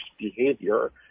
behavior